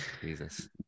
Jesus